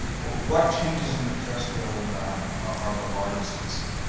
what what changes in the terrestrial environment are the largest concerns?